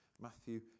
Matthew